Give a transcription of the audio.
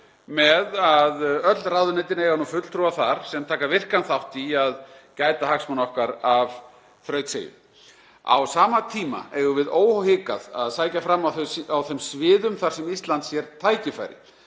með að öll ráðuneytin eiga nú fulltrúa þar sem taka virkan þátt í að gæta hagsmuna okkar af þrautseigju. Á sama tíma eigum við óhikað að sækja fram á þeim sviðum þar sem Ísland sér tækifæri.